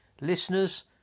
listeners